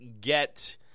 get